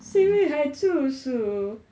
simi 还竹鼠